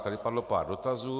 Tady padlo pár dotazů.